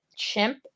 chimp